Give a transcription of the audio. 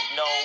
no